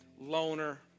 loner